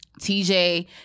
TJ